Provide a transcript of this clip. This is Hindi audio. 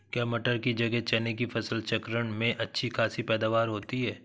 क्या मटर की जगह चने की फसल चक्रण में अच्छी खासी पैदावार होती है?